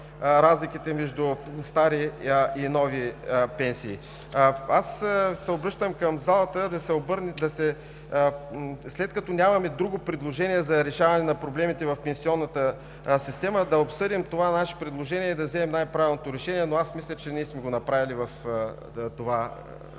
разликите между старите и новите пенсии. Обръщам се към залата: след като нямаме друго предложение за решаване на проблемите в пенсионната система, да обсъдим това наше предложение и да вземем най-правилното решение, но аз мисля, че сме го направили между първо